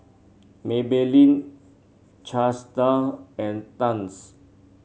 Maybelline Chesdale and Tangs